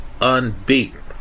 unbeaten